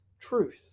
truth